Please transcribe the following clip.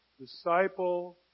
disciple